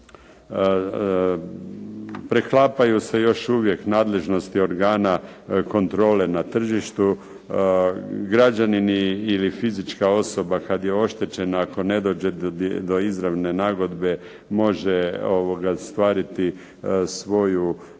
Preklapaju se još uvijek nadležnosti organa kontrole na tržištu. Građanin ili fizička osoba kada je oštećena ako ne dođe do izravne nagodbe može ostvariti svoju